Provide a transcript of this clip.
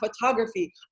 photography